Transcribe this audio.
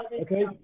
Okay